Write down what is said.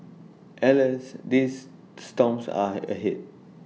alas these storms are ahead